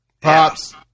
Pops